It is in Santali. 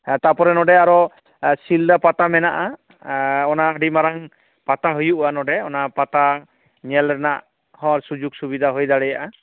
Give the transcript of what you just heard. ᱛᱟᱯᱚᱨᱮ ᱱᱚᱰᱮ ᱟᱨᱚ ᱥᱤᱞᱫᱟᱹ ᱯᱟᱛᱟ ᱢᱮᱱᱟᱜᱼᱟ ᱚᱱᱟ ᱟᱹᱰᱤ ᱢᱟᱨᱟᱝ ᱯᱟᱛᱟ ᱦᱩᱭᱩᱜᱼᱟ ᱱᱚᱰᱮ ᱚᱱᱟ ᱯᱟᱛᱟ ᱧᱮᱞ ᱨᱮᱱᱟᱜ ᱦᱚᱸ ᱥᱩᱡᱚᱠ ᱥᱩᱵᱤᱫᱟ ᱦᱩᱭ ᱫᱟᱲᱮᱭᱟᱜᱼᱟ